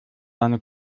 seine